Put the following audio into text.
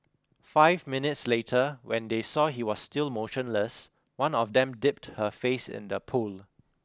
five minutes later when they saw he was still motionless one of them dipped her face in the pool